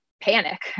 panic